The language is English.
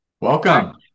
Welcome